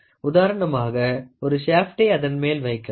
உதாரணமாக ஒரு ஷேப்டை அதன் மேல் வைக்கலாம்